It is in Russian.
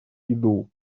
иду